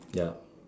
ya